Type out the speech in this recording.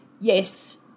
yes